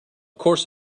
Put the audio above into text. course